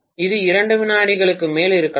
இது இரண்டு வினாடிகளுக்கு மேல் இருக்கலாம்